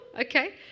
okay